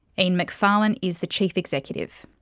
and macfarlane is the chief executive.